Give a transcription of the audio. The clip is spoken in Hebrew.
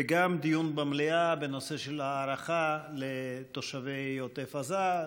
וגם דיון במליאה בנושא של הערכה לתושבי עוטף עזה.